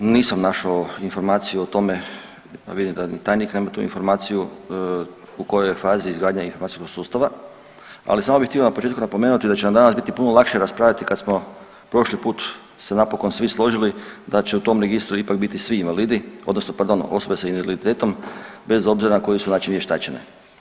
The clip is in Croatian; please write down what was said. Nisam našao informaciju o tome, a vidim da ni tajnik nema tu informaciju, u kojoj je fazi izgradnja informacijskog sustava, ali samo bih htio na početku napomenuti da će nam danas biti puno lakše raspravljati kad smo prošli put se napokon svi složili da će u tom Registru ipak biti svi invalidi, odnosno pardon, osobe s invaliditetom, bez obzira na koji su način vještačene.